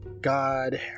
God